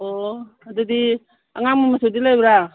ꯑꯣ ꯑꯗꯨꯗꯤ ꯑꯉꯥꯡꯕ ꯃꯆꯨꯗꯤ ꯂꯩꯕ꯭ꯔꯥ